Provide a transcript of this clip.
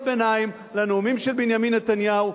ביניים לנאומים של בנימין נתניהו,